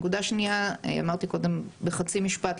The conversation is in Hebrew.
נקודה שנייה, אמרתי קודם בחצי משפט.